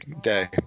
day